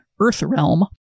Earthrealm